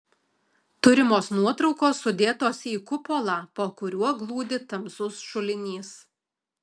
turimos nuotraukos sudėtos į kupolą po kuriuo glūdi tamsus šulinys